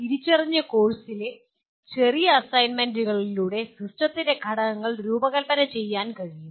തിരിച്ചറിഞ്ഞ ചില കോഴ്സുകളിലെ ചെറിയ അസൈൻമെന്റുകളിലൂടെ സിസ്റ്റത്തിന്റെ ഘടകങ്ങൾ രൂപകൽപ്പന ചെയ്യാൻ കഴിയും